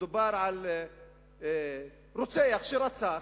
מדובר על רוצח שרצח,